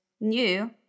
new